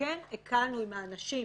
כן הקלנו עם אנשים